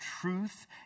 truth